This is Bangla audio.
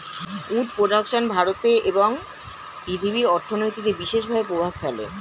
উড প্রোডাক্শন ভারতে এবং পৃথিবীর অর্থনীতিতে বিশেষ প্রভাব ফেলে